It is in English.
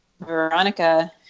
Veronica